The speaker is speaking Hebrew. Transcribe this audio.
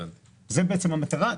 זו בעצם המטרה.